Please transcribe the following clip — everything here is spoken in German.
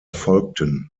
folgten